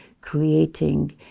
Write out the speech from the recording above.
creating